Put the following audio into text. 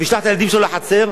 וישלח את הילדים שלו לחצר,